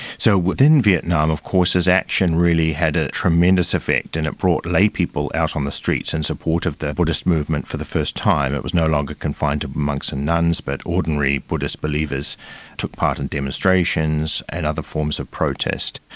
so within vietnam of course his action really had a tremendous effect and it brought laypeople out on the streets in support of the buddhist movement for the first time. it was no longer confined to monks and nuns but ordinary buddhist believers took part in and demonstrations and other forms of protest.